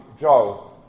Joe